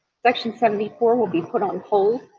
section seventy four will be put on hold.